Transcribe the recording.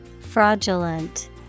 Fraudulent